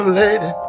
lady